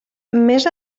més